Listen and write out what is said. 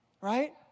Right